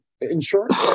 insurance